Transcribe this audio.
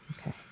Okay